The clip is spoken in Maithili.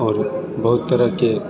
आओर बहुत तरहकेँ